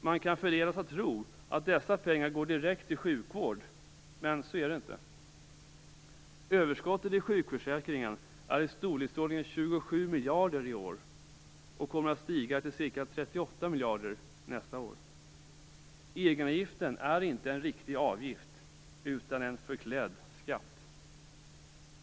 Man kan förledas att tro att dessa pengar går direkt till sjukvård. Men så är det inte. Överskottet i sjukförsäkringen är i storleksordningen 27 miljarder i år och kommer att stiga till ca 38 miljarder nästa år. Egenavgiften är inte en riktig avgift utan en förklädd skatt.